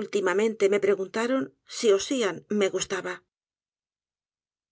últimamente me preguntaron si ossian